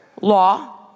law